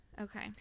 Okay